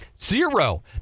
Zero